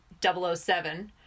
007